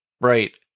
Right